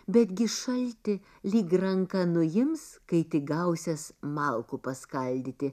betgi šaltį lyg ranka nuims kai tik gausiąs malkų paskaldyti